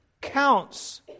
counts